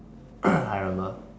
I remember